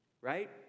right